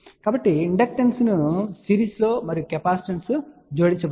కాబట్టి inductance series లో మరియు కెపాసిటెన్స్ జోడించబడింది